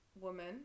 woman